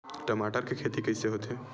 टमाटर के खेती कइसे होथे?